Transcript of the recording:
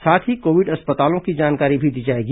साथ ही कोविड अस्पतालों की जानकारी भी दी जाएगी